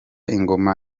ingoma